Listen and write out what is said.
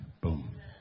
boom